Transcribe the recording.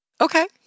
Okay